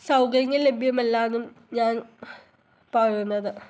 സൗകര്യങ്ങൾ ലഭ്യമല്ല എന്നും ഞാൻ പറയുന്നത്